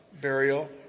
burial